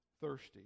thirsty